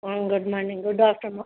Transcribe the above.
ம் good morning good afternoon